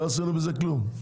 לא עשינו בזה כלום.